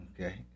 Okay